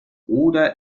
oder